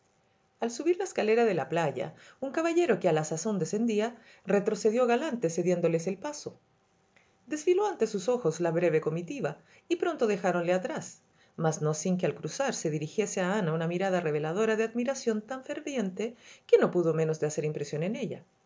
al subir la escalera de la playa un caballero que a la sazón descendía retrocedió galante cediéndoles el paso desfiló ante us ojos la breve comitiva y pronto dejáronle atrás mas no sin que al cruzarse dirigiese a ana una mirada reveladora de admiración tan ferviente que no pudo menos de hacer impresión en ella